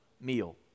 meal